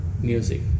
music